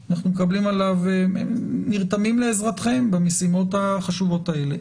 אנחנו נרתמים לעזרתכם במשימות החשובות האלה.